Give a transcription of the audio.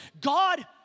God